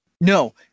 no